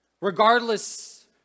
regardless